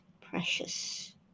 precious